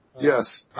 Yes